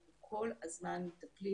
אנחנו כול הזמן מטפלים